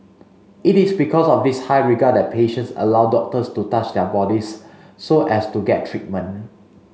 it is because of this high regard that patients allow doctors to touch their bodies so as to get treatment